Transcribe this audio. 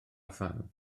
phan